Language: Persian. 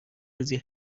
روزی